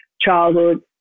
childhood